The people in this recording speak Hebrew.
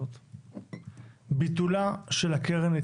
שלום רב, אני מתכבד לפתוח את הישיבה.